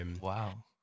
Wow